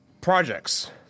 Projects